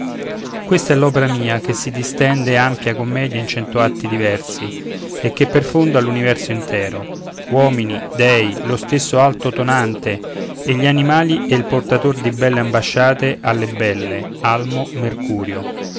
questa è l'opera mia che si distende ampia comedia in cento atti diversi e che per fondo ha l'universo intero uomini dèi lo stesso alto tonante e gli animali e il portator di belle ambasciate alle belle almo mercurio